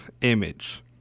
image